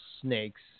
snakes